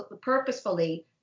purposefully